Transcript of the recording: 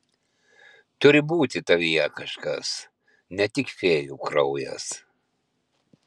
turi būti tavyje kažkas ne tik fėjų kraujas